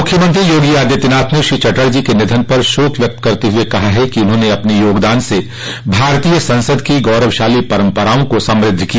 मुख्यमंत्री योगी आदित्यनाथ ने श्री चटर्जी के निधन पर शोक व्यक्त करते हुए कहा है कि उन्होंने अपने योगदान से भारतीय संसद की गौरवशाली परम्पराओं को समृद्ध किया